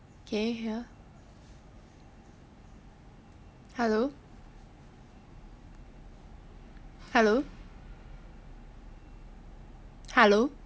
can you hear hello hello hello